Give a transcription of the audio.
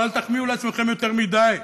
אבל אל תחמיאו לעצמכם יותר מדי,